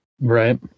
right